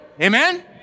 Amen